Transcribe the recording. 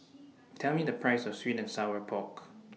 Tell Me The Price of Sweet and Sour Pork